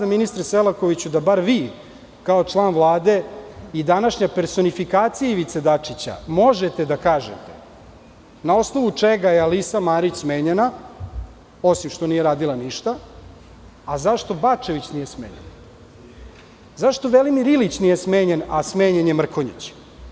Ministre Selakoviću, nadam se da bar vi kao član Vlade i današnja personifikacija Ivice Dačića možete da kažete na osnovu čega je Alisa Marić smenjena, osim što nije radila ništa, a zašto Bačević nije smenjen, zašto Velimir Ilić nije smenjen, a smenjen je Mrkonjić?